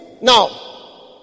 Now